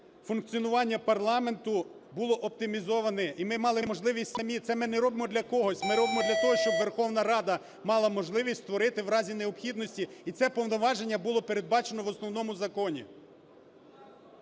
функціонування парламенту було оптимізоване і ми мали можливість самі, це ми не робимо для когось, ми робимо для того, щоб Верховна Рада мала можливість створити в разі необхідності і це повноваження було передбачено в Основному Законі.